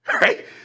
right